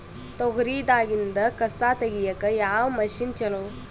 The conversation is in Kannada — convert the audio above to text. ತೊಗರಿ ದಾಗಿಂದ ಕಸಾ ತಗಿಯಕ ಯಾವ ಮಷಿನ್ ಚಲೋ?